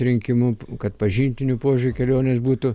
rinkimu kad pažintiniu požiūriu kelionės būtų